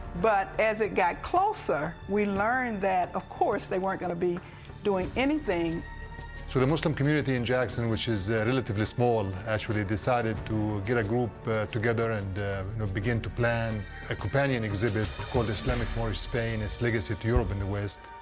but as it got closer, we learned that of course, they weren't gonna be doing anything. so the muslim community in jackson, which is relatively small actually, decided to get a group together and begin to plan a companion exhibit called islamic moorish spain, its legacy to europe and the west.